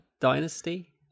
dynasty